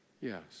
Yes